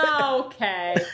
Okay